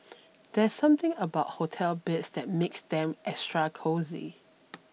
there's something about hotel beds that makes them extra cosy